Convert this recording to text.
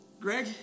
Greg